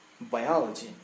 biology